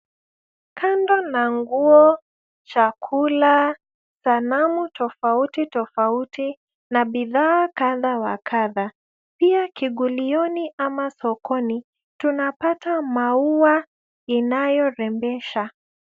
Kando na nguo, chakula, sanamu tofauti na bidhaa kadha wa kadhaa na pia kivulioni ama sokoni tunapata maua inayorembesha.